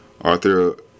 Arthur